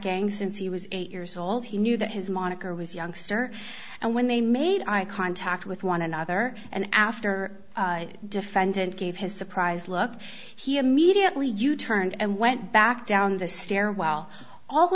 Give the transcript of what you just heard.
gang since he was eight years old he knew that his moniker was youngster and when they made eye contact with one another and after defendant gave his surprised look he immediately you turned and went back down the stairwell all